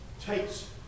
takes